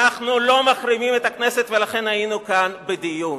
אנחנו לא מחרימים את הכנסת, ולכן היינו כאן בדיון,